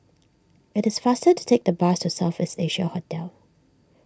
it is faster to take the bus to South East Asia Hotel